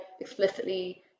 explicitly